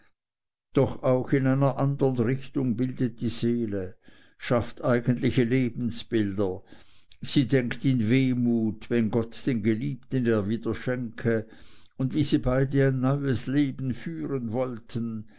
doch auch in einer andern richtung bildet die seele schafft eigentliche lebensbilder sie denkt in wehmut wenn gott den geliebten ihr wieder schenke wie sie beide ein neues leben führen wollten